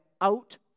out